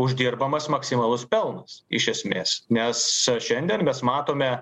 uždirbamas maksimalus pelnas iš esmės nes šiandien mes matome